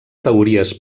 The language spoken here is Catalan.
teories